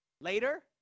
Later